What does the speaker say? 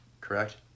correct